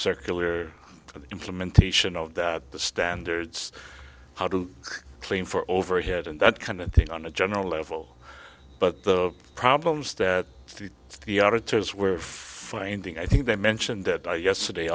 circular but implementation of that the standards how to clean for overhead and that kind of thing on a general level but the problems that the auditors were finding i think they mentioned that i yesterday